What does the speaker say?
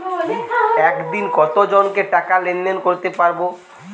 একদিন কত জনকে টাকা লেনদেন করতে পারবো?